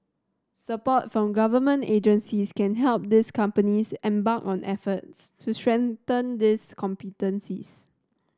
support from government agencies can help these companies embark on efforts to strengthen these competencies